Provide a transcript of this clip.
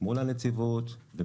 מול הנציבות.